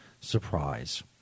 surprise